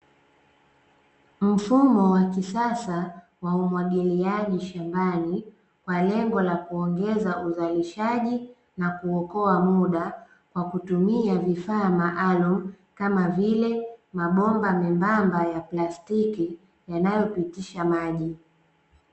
Mfumo wa kisasa wa umwagiliaji shambani kwa lengo la kuongeza uzalishaji na kuokoa muda kwa kutumia vifaa maalumu kama vile mabomba membamba ya plastiki yanayopitisha maji.